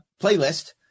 playlist